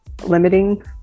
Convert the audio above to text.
limiting